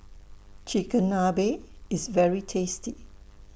Chigenabe IS very tasty